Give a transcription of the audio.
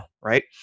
right